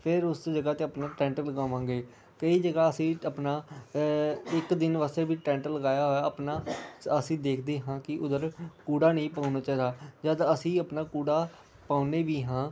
ਫਿਰ ਉਸ ਜਗ੍ਹਾ 'ਤੇ ਆਪਣੇ ਟੈਂਟ ਲਗਾਵਾਂਗੇ ਕਈ ਜਗ੍ਹਾ ਅਸੀਂ ਆਪਣਾ ਇੱਕ ਦਿਨ ਵਾਸਤੇ ਵੀ ਟੈਂਟ ਲਗਾਇਆ ਹੋਇਆ ਆਪਣਾ ਅਸੀਂ ਦੇਖਦੇ ਹਾਂ ਕਿ ਉੱਧਰ ਕੂੜਾ ਨਹੀਂ ਪਾਉਣਾ ਚਾਹੀਦਾ ਜਦੋਂ ਅਸੀਂ ਆਪਣਾ ਕੂੜਾ ਪਾਉਂਦੇ ਵੀ ਹਾਂ